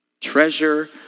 treasure